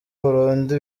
burundu